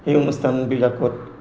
সেই অনুষ্ঠানবিলাকত